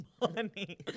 Money